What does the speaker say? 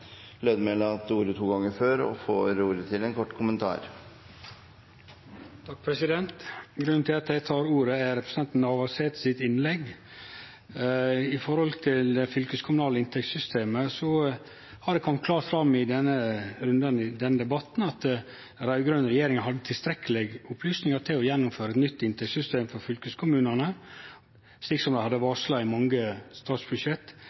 Lødemel har hatt ordet to ganger tidligere og får ordet til en kort merknad, begrenset til 1 minutt. Grunnen til at eg tek ordet, er representanten Navarsetes innlegg. Når det gjeld det fylkeskommunale inntektssystemet, har det kome klårt fram i rundane i denne debatten at den raud-grøne regjeringa hadde tilstrekkeleg med opplysningar til å gjennomføre eit nytt inntektssystem for fylkeskommunane – som dei hadde varsla i mange statsbudsjett